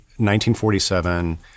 1947